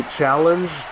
challenge